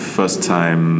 first-time